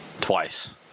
Twice